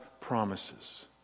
promises